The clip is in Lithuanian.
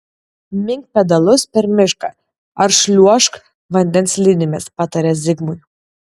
mink pedalus per mišką ar šliuožk vandens slidėmis patarė zigmui